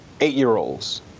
eight-year-olds